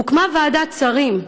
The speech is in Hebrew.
הוקמה ועדת שרים.